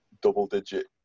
double-digit